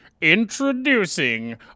introducing